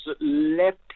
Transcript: left